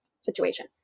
situation